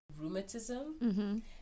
rheumatism